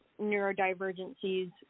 neurodivergencies